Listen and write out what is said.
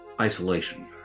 isolation